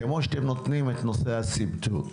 כמו שאתם נותנים את נושא הסבסוד,